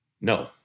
No